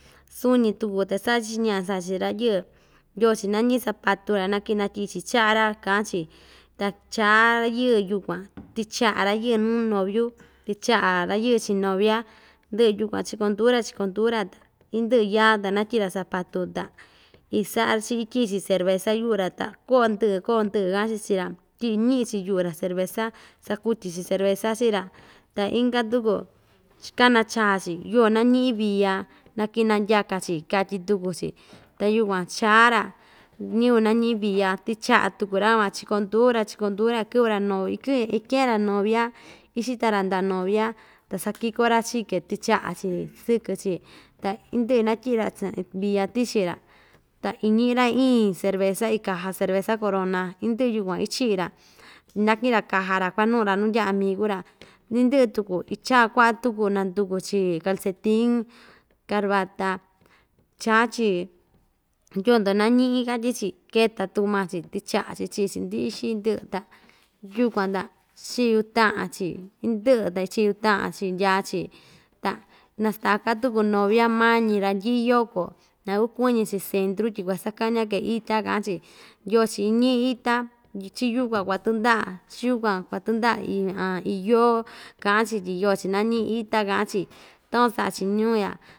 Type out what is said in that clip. Suu‑ñi tuku ta isaꞌa‑chi chiꞌin ñaꞌa saꞌa‑chi chiin rayɨɨ yoo‑chi nañiꞌin zapatu‑ra naki natyiꞌi‑chi chaꞌa‑ra kaꞌa‑chi ta chaa rayɨɨ yukuan tɨchaꞌa rayɨɨ nuu noviu tichaꞌa rayɨɨ chiꞌin novia ndɨꞌɨ tukuan chikondu‑ra chikondu‑ra indɨꞌɨ yaa ta inatyiꞌi‑ra zapatu ta isaꞌa‑chi ityiꞌi‑chi cerveza yuꞌu‑ra ta koꞌo ndɨꞌɨ koꞌo ndɨꞌɨ kaꞌan‑chi chii‑ra tyiꞌi ñiꞌi‑chi yuꞌu‑ra cerveza sakutyi‑chi cerveza ta inka tuku chi kanachaa‑chi yoo nañiꞌi via na kinandyaka‑chi katyi tuku‑chi ta yukuan chaa‑ra ñiyɨvɨ nañiꞌin via tichaꞌa tuku ra‑van chikonduu‑ra chikonduu‑ra kɨꞌvɨ‑ra nooi ikiꞌin iken‑ra novia ixitara ndaꞌa novia ta isakiko‑ra chii‑ke tɨchaꞌa‑chi sɨkɨ‑chi ta indɨꞌɨ inatyiꞌi‑ra via tichi‑ra ta iniꞌi‑ra iin cerveza iin caja cerveza corona indɨꞌɨ yukuan ichiꞌi‑ra nakiꞌin‑ra caja‑ra kuanuꞌu‑ra nundyaa amigura indɨꞌɨ tuku ichaa kuaꞌa tuku nanduku‑chi calcetin carbata chaa‑chi yoo‑ndo nañiꞌin katyi‑chi keta tuku maa‑chi tɨchaꞌa‑chi chiꞌi‑chi ndɨxɨ ndɨꞌɨ ta yukuan ta chiꞌi yuꞌu taꞌan‑chi indɨꞌɨ ta chiꞌi yuꞌu taꞌan‑chi ndyaa‑chi ta nastaka tuku novia mañi ranyɨꞌɨ yoko nakukuɨñɨ‑chi centru tyi kuasakaña‑ke ita kaꞌan‑chi yoo‑chi iñiꞌi ita chiyukuan kuatandaꞌa chiyukuan kuatandaꞌa ii aa iiin yoo kaꞌan‑chi tyi yoo‑chi inañiꞌi ita kaꞌa‑chi takuan saꞌa‑chi ñuu‑ra.